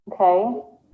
Okay